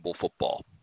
football